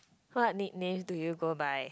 what nicknames do you go by